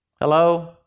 Hello